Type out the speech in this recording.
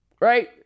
right